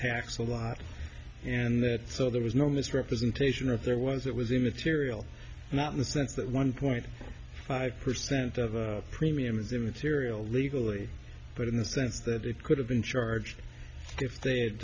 tax a lot and that so there was no misrepresentation of there was it was immaterial not in the sense that one point five percent of a premium is immaterial legally but in the sense that it could have been charged if